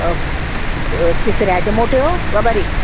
तिसऱ्याच्यो मोट्यो गाय बारीक